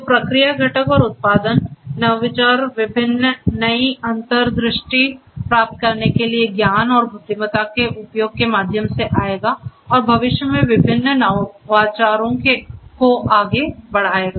तो प्रक्रिया घटक और उत्पादन नवाचार विभिन्न नई अंतर्दृष्टि प्राप्त करने के लिए ज्ञान और बुद्धिमत्ता के उपयोग के माध्यम से आएगा और भविष्य में विभिन्न नवाचारों को आगे बढ़ाएगा